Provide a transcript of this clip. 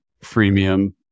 freemium